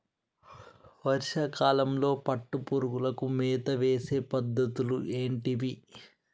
వర్షా కాలంలో పట్టు పురుగులకు మేత వేసే పద్ధతులు ఏంటివి?